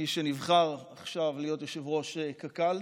מי שנבחר עכשיו להיות יושב-ראש קק"ל,